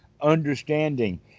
understanding